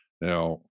Now